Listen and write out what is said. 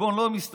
בחשבון לא מסתדר.